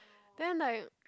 then like